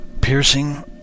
piercing